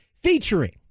Featuring